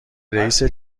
رئیست